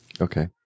Okay